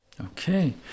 Okay